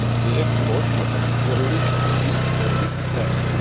یہ ایک بہت ضروری چیز ہوتی ہے